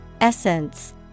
Essence